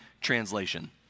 Translation